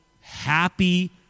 happy